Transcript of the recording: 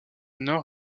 nord